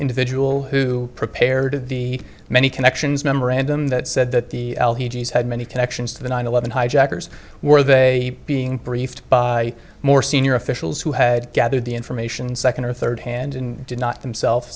individual who prepared of the many connections memorandum that said that the g s had many connections to the nine eleven hijackers were they being briefed by more senior officials who had gathered the information second or third hand in did not themselves